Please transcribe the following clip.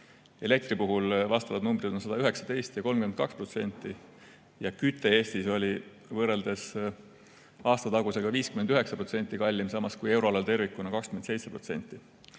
Elektri puhul on vastavad numbrid 119% ja 32%. Ja küte Eestis oli võrreldes aastatagusega 59% kallim, samas kui euroalal tervikuna 27%.